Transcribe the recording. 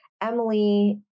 Emily